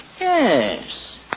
Yes